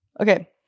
Okay